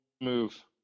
move